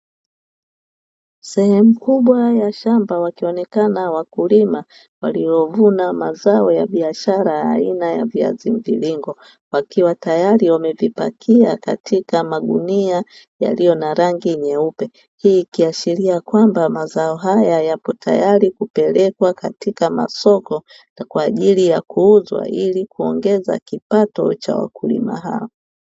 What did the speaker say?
Sehemu kubwa ya shamba wakionekana wakulima waliovuna mazao ya biashara ya aina ya viazi mviringo, wakiwa tayari wamevipakia katika magunia yaliyo na rangi nyeupe. Hii ikiashiria kwamba mazao haya yapo tayari kupelekwa katika masoko kwa ajili ya kuuzwa ili kuongeza kipato cha wakulima hao.